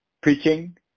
preaching